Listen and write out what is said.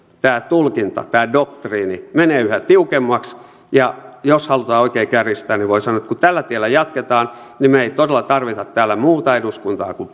tämä tulkinta tämä doktriini on mennyt yhä tiukemmaksi jos halutaan oikein kärjistää niin voi sanoa että kun tällä tiellä jatketaan niin me emme todella tarvitse täällä muuta eduskuntaa kuin